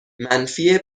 منفی